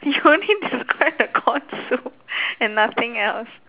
you only describe the corn soup and nothing else